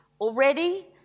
Already